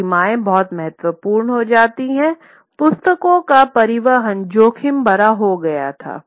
तो सीमाएं बहुत महत्वपूर्ण हो जाती हैं पुस्तकों का परिवहन जोखिम भरा हो गया था